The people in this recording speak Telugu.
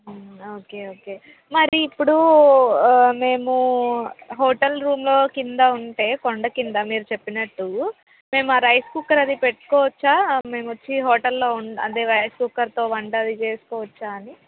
ఓకే ఓకే మరి ఇప్పుడు మేము హోటల్ రూమ్లో కింద ఉంటే కొండ కింద మీరు చెప్పినట్టు మేము రైస్ కుక్కర్ అవి పెట్టుకోవచ్చా మేము వచ్చి హోటల్లో అదే రైస్ కుక్కర్తో వంట అవి చేసుకోవచ్చా అని